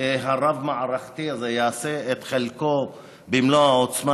הרב-מערכתי הזה יעשה את חלקו במלוא העוצמה,